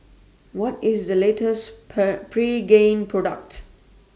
What IS The latest Per Pregain Product